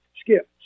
skip